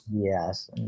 Yes